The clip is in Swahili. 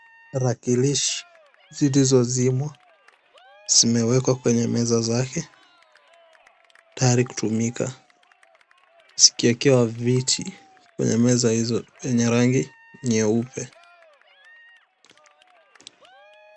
Tarakilishi zilizozimwa zimewekwa kwenye meza zake tayari kutumika zikiwekewa viti kwenye meza hizo yenye rangi nyeupe .